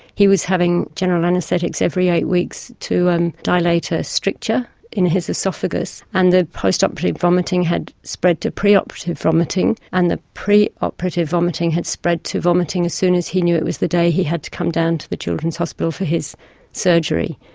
he was having general anaesthetics every eight weeks to um dilate a stricture in his oesophagus and the post-operative vomiting had spread to pre-operative vomiting and the pre-operative vomiting had spread to vomiting as soon as he knew it was the day he had to come down to the children's hospital for his surgery.